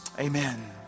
Amen